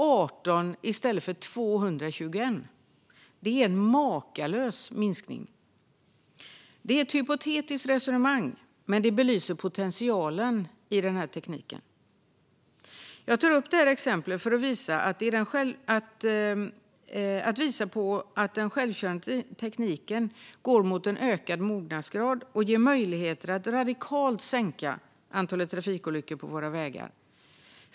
Det är en makalös minskning! Det är ett hypotetiskt resonemang, men det belyser potentialen i tekniken. Jag tar upp detta exempel för att visa på att den självkörande tekniken går mot en ökad mognadsgrad och ger möjligheter att radikalt minska antalet trafikolyckor på våra vägar.